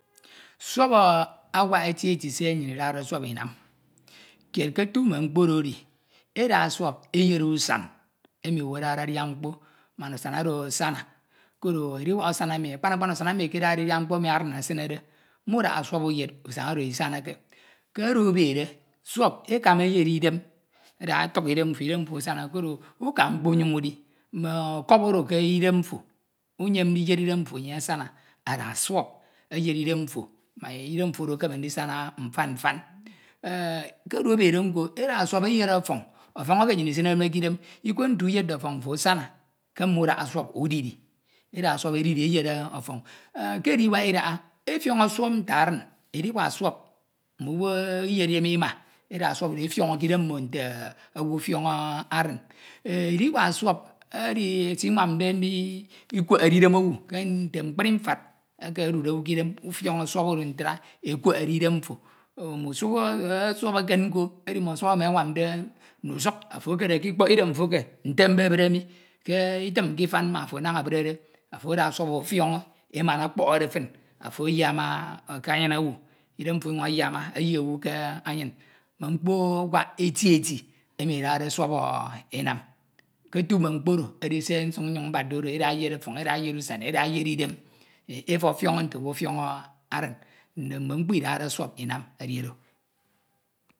Swọp awak eti eti se nnyin Idade Isup Ida Inam. Kied k’otu mme mkpo odo edi eda suọp eyed usan emi owu adade adia mkpo mak usan odo asana koro ediwak usan emi kpan akpan usan emi ekedade edia mkpo emi adian esinede, mudaha suọp uyed, usana odo Isanake. Ke oro ebede, suọp ekama eyed Idem, ada ọtuk Idem mfo, Idem mfo asana, koro uka mkpo unyuñ udi mme ọkọbọ odo k’idem mfo, unyem ndiyene Idem mfo enye asana, ada suọp eyere Idem mfo mak Idem mfo odo ekeme ndisana mfan mfan, enh ke oro ebede nko, eda suọp eyed ọfọn ọfọñ eke nnyin isine ke Idem mi Ikwe nte uyedde ọfọñ mfo asana ke mudaha suọp udidi, eda suọp eyed ediri, enh ke ediwak suọp, mm’owu Iyere Idem ema, eda suọp oro efiọñọ k’Idem mmo nte owu ofiọnọ adin. Enh ediwak suọp edi sinwamde ndikwehede Idem owu ke nte mkpri mfud eke odude owu k’idem, ufioño suọp oro ntra, e kwehede Idem mfo mme usuk suọp oro nko edi mme suọp emi anwamde mme usuk afo ekere k’ikpak Ifan nna afo naña ebrede afo ada suọp ofiọñọ e mana ọkpohọde fin, afo ayiama ke anyin owu, Idem mfo ọnyuñ ayiama eyie owu k’anyin. Mkpo awak eti eti emi edade suọp enam, ke otu mme mkpo odo edi se nsuk mbadde odo, eda eyed o̱fo̱ñ, eda eyed usan, eda eyed Idem efọfiọñọ nte owu ọfiọño nte owu ọfiọñọ adin, nte mme mkpo Idade suọp Inam edi odo.